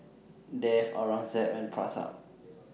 Dev Aurangzeb and Pratap